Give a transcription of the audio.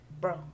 bro